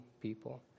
people